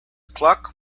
clock